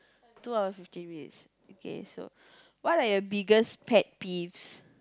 two hour fifteen minutes okay so what are your biggest pet peeves